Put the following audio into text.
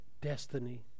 destiny